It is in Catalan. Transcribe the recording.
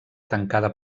tancada